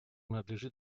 надлежит